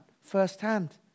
firsthand